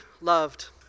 loved